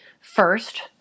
First